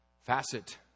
facet